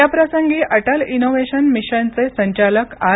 याप्रसंगी अटल इनोव्हेशन मिशनचे संचालक आर